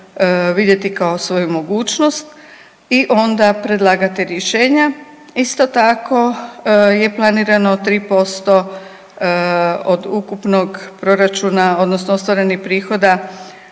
vidjeti kao svoju mogućnosti i onda predlagati rješenja. Isto tako je planirano 3% od ukupnog proračuna odnosno ostvarenih prihoda